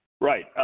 right